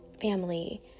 family